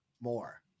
more